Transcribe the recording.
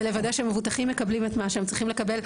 בלוודא שמבוטחים מקבלים את מה שהם צריכים לקבל.